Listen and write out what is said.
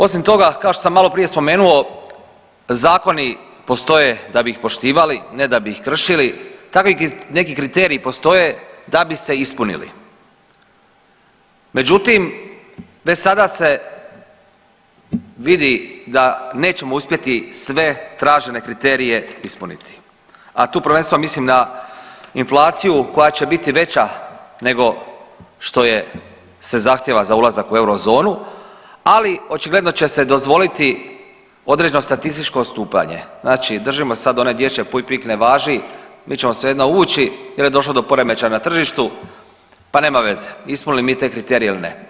Osim toga kao što sam maloprije spomenuo zakoni postoje da bi ih poštivali, ne da bi ih kršili, takvi neki kriteriji postoje da bi se ispunili, međutim već sada se vidi da nećemo uspjeti sve tražene kriterije ispuniti, a tu prvenstveno mislim na inflaciju koja će biti veća nego što je se zahtjeva za ulazak u eurozonu, ali očigledno će se dozvoliti određeno statističko odstupanje, znači držimo se sad one dječje puj pik ne važi, mi ćemo svejedno ući jer je došlo do poremećaja na tržištu, pa nema veze ispunili mi te kriterije ili ne.